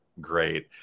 Great